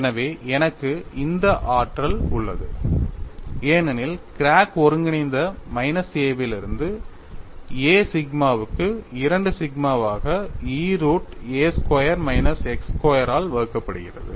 எனவே எனக்கு இந்த ஆற்றல் உள்ளது ஏனெனில் கிராக் ஒருங்கிணைந்த மைனஸ் a லிருந்து a சிக்மாவுக்கு 2 சிக்மாவாக E root a square minus x square ஆல் வகுக்கப்படுகிறது